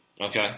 Okay